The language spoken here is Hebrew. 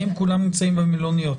האם כולם נמצאים במלוניות?